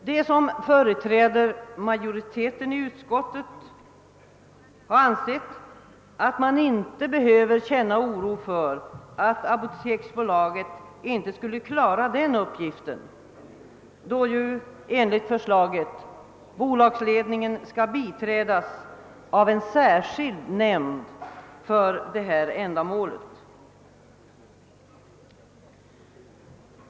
De som företräder majoriteten i utskottet har ansett, att man inte behöver känna oro för att apoteksbolaget inte skulle klara den uppgiften, då ju, enligt förslaget, bolagsledningen skall biträdas av en särskild nämnd för detta ändamål.